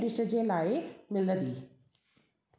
dish जे लाइ मिलंदी